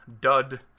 dud